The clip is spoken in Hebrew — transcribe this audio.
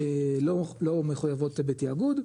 לא מחויבות בתיאגוד,